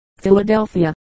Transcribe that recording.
philadelphia